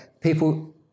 people